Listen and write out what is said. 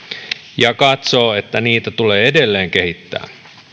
ja katsoo että niitä tulee edelleen kehittää